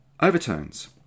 overtones